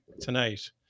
tonight